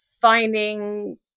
finding